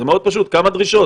זה מאוד פשוט, כמה דרישות?